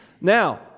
Now